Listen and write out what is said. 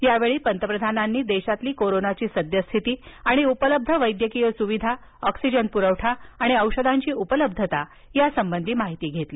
यावेळी पंतप्रधानांनी देशातील कोरोनाची सद्यस्थिती आणि उपलब्ध वैद्यकीय सुविधा ऑक्सिजन पुरवठा आणि औषधांची उपलब्धता यासंबंधी माहिती घेतली